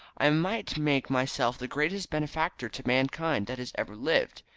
i might make myself the greatest benefactor to mankind that has ever lived.